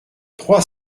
trois